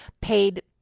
paid